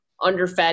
underfed